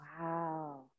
Wow